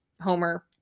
homer